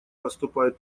поступают